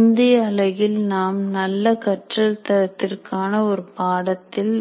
முந்தைய அலகில் நாம் நல்ல கற்றல் தரத்திற்கான ஒரு பாடத்தில்